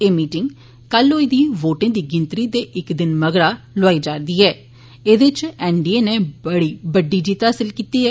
एह् मीटिंग कल होई दी वोटें दी गिनतरी दे इक दिनै मगरा लोआई जा'रदी ऐ जेहदे च एनडीए नै बड़ी बड़्डी जित्त हासल कीती ऐ